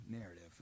narrative